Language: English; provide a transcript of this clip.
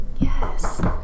Yes